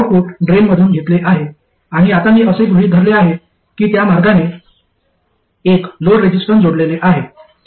output drain मधून घेतले आहे आणि आता मी असे गृहित धरले आहे की त्या मार्गाने एक लोड रेसिस्टन्स जोडलेले आहे